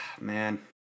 Man